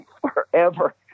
forever